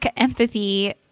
empathy